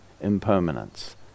impermanence